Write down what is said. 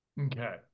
Okay